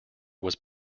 was